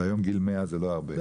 והיום גיל 100 זה לא הרבה.